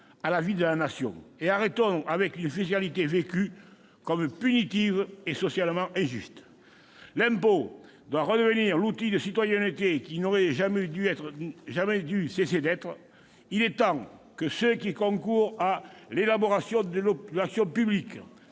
à la vie de la Nation. Arrêtons avec une fiscalité vécue comme punitive et socialement injuste ! L'impôt doit redevenir l'outil de citoyenneté qu'il n'aurait jamais dû cesser d'être. Il est temps que ceux qui concourent à l'élaboration de l'action publique